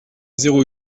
zéro